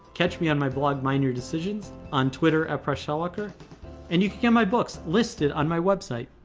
catch me on my blog mindyourdecisions, on twitter ah preshtalwalkar. and you can get my books listed on my website.